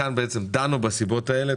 כאן דנו בסיבות האלה.